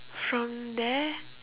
from there